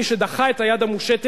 מי שדחה את היד המושטת